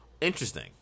interesting